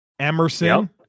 Emerson